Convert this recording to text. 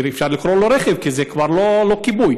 אפשר לקרוא לו "רכב" כי זה כבר לא כיבוי,